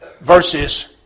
verses